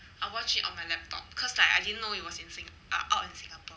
I watch it on my laptop cause like I didn't know it was in sin~ ah out in singapore